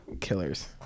killers